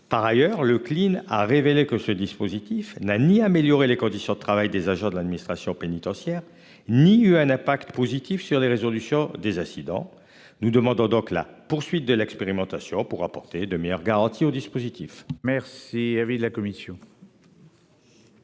Par ailleurs le clean. A révélé que ce dispositif n'a ni amélioré les conditions de travail des agents de l'administration pénitentiaire ni eu un impact positif sur des résolutions des incidents. Nous demandons donc la poursuite de l'expérimentation pour apporter de meilleures garanties au dispositif merci. Il avait de la commission.